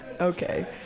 Okay